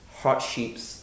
hardships